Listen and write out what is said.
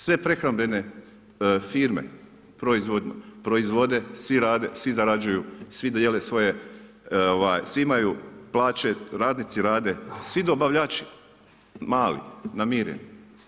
Sve prehrambene firme, proizvoljno, proizvode, svi rade, svi zarađuju, svi dijele svoje, svi imaju plaće, radnici rade, svi dobavljači, mali, namireni.